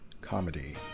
comedy